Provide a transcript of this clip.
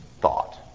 thought